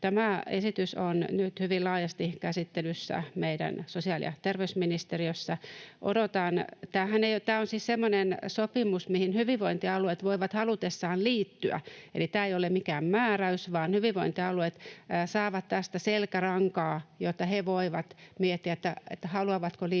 Tämä esitys on nyt hyvin laajasti käsittelyssä meidän sosiaali- ja terveysministeriössä. Tämähän on siis semmoinen sopimus, mihin hyvinvointialueet voivat halutessaan liittyä, eli tämä ei ole mikään määräys, vaan hyvinvointialueet saavat tästä selkärankaa, jotta he voivat miettiä, haluavatko liittyä